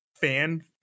fan